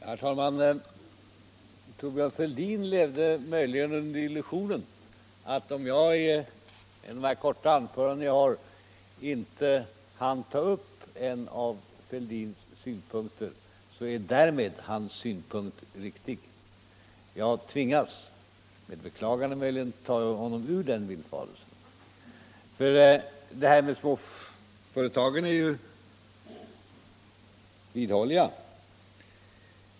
Herr talman! Thorbjörn Fälldin lever möjligen under illusionen att om jag i mina korta repliker inte hinner ta upp en av hans synpunkter så är därmed hans synpunkt riktig. Jag tvingas, med beklagande möjligen, att ta honom ur den villfarelsen. Jag vidhåller vad jag tidigare sagt om småföretagen.